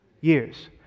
years